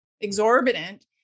exorbitant